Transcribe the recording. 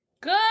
Good